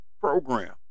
program